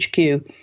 HQ